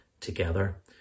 together